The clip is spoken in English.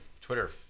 twitter